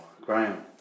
Graham